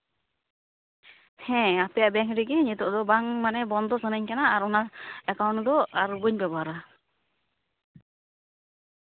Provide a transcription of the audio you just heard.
ᱦᱮᱸ ᱟᱯᱮᱭᱟᱜ ᱵᱮᱝᱠ ᱨᱮᱜᱮ ᱱᱤᱛᱳᱜ ᱫᱚ ᱵᱟᱝ ᱢᱟᱱᱮ ᱵᱚᱱᱫᱚ ᱥᱟᱱᱟᱧ ᱠᱟᱱᱟ ᱟᱨ ᱚᱱᱟ ᱮᱠᱟᱣᱩᱱᱴ ᱫᱚ ᱟᱨ ᱵᱟᱹᱧ ᱵᱮᱵᱚᱦᱟᱨᱟ